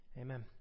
amen